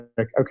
okay